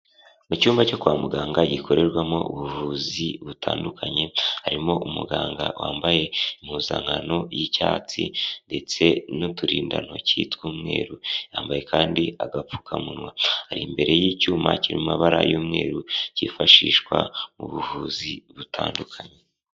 Mu cyumba cyo kwa muganga gikorerwamo ubuvuzi butandukanye. Harimo umuganga wambaye impuzankano y'icyatsi ndetse n'uturindantoki tw'umweru. Yambaye kandi agapfukamunwa, ari imbere y'icyuma kiri mu mabara y'umweru kifashishwa mu buvuzi butandukanye.